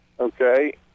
Okay